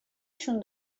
شون